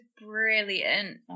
brilliant